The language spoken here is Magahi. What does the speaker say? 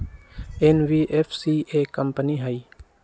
एन.बी.एफ.सी एक कंपनी हई?